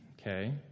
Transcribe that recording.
okay